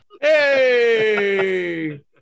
Hey